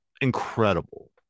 incredible